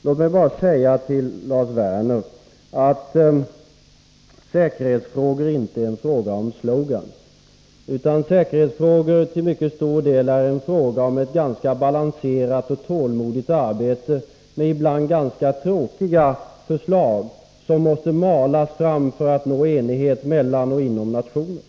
Låt mig bara säga till Lars Werner att säkerhetsfrågor inte är frågor om slogans, utan säkerhetsfrågor gäller till mycket stor del ett ganska balanserat och tålmodigt arbete med stundom rätt tråkiga förslag, som måste malas fram för att man skall nå enighet mellan nationerna och inom nationerna.